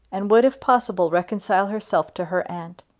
and would if possible reconcile herself to her aunt.